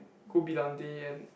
cool brillante and